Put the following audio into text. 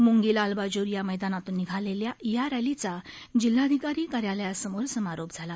मुंगीलाल बाजोरिया मैदानातून निघालेली या रॅलीचा जिल्हाधिकारी कार्यालयासमोर समारोप झाला